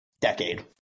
decade